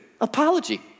apology